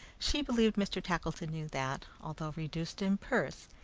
she believed mr. tackleton knew that, although reduced in purse,